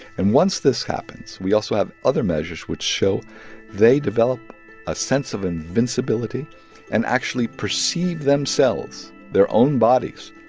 and once this happens, we also have other measures which show they develop a sense of invincibility and actually perceive themselves, their own bodies,